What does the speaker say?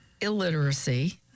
illiteracy